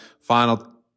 final